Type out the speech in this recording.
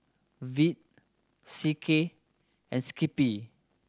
Veet C K and Skippy